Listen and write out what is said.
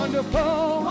Wonderful